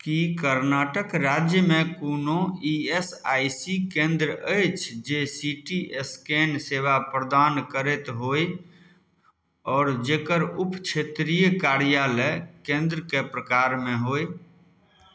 की कर्नाटक राज्यमे कोनो E S I C केंद्र अछि जे सी टी स्कैन सेवा प्रदान करैत होय आओर जेकर उप क्षेत्रीय कर्यालय केंद्रके प्रकारमे होय